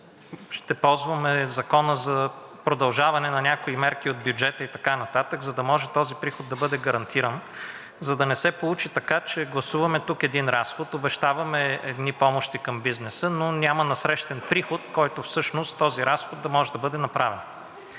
ще ползваме Закона за продължаване на някои мерки от бюджета и така нататък, за да може този приход да бъде гарантиран, за да не се получи така, че гласуваме тук един разход, обещаваме едни помощи към бизнеса, но няма насрещен приход – всъщност този разход да може да бъде направен.